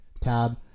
tab